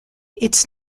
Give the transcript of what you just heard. its